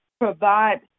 provide